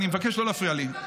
אני מבקש לא להפריע לי.